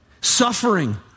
suffering